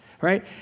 right